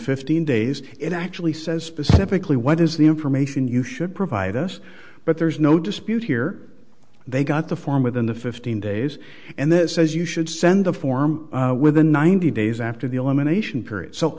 fifteen days it actually says specifically what is the information you should provide us but there's no dispute here they got the form within the fifteen days and then says you should send the form within ninety days after the elimination period so